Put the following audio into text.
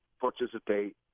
participate